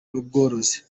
n’ubworozi